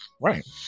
right